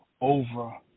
over